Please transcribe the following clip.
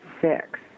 Six